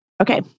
Okay